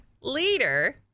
Leader